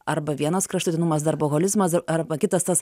arba vienas kraštutinumas darboholizmas arba kitas tas